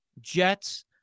Jets